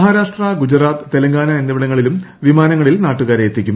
മഹാരാഷ്ട്ര ഗുജറാത്ത് തെലങ്കാന എന്നിവിടങ്ങളിലും വിമാനങ്ങളിൽ നാട്ടുകാരെ എത്തിക്കും